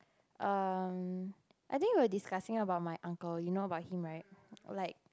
um I think we are discussing about my uncle you know about him right like